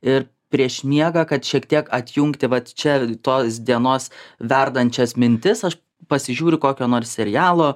ir prieš miegą kad šiek tiek atjungti vat čia tos dienos verdančias mintis aš pasižiūriu kokio nors serialo